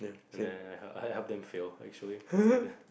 and then I I help them fill actually cause I